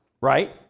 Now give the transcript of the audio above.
right